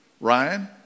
Ryan